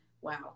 Wow